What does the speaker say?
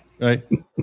right